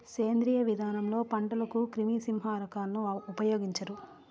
సేంద్రీయ విధానంలో పంటలకు క్రిమి సంహారకాలను ఉపయోగించరు